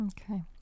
Okay